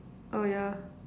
oh yeah